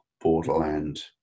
borderland